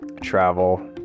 travel